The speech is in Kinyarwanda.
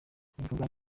igikorwa